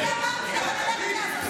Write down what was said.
ללכת לעזאזל.